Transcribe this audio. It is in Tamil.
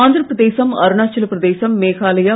ஆந்திரப் பிரதேசம் அருணாச்சலப் பிரதேசம் மேகாலயா